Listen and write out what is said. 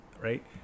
right